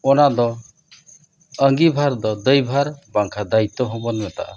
ᱚᱱᱟᱫᱚ ᱟᱸᱜᱤᱵᱷᱟᱨ ᱫᱚ ᱫᱟᱭᱵᱷᱟᱨ ᱵᱟᱝᱠᱷᱟᱱ ᱫᱟᱭᱤᱛᱛᱚ ᱦᱚᱸᱵᱚᱱ ᱢᱮᱛᱟᱫᱼᱟ